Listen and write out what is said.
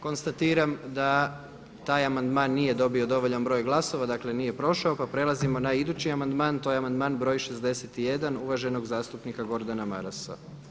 Konstatiram da taj amandman nije dobio dovoljan broj glasova, dakle nije prošao pa prelazimo na idući amandman to je amandman broj 61. uvaženog zastupnika Gordana Marasa.